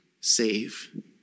save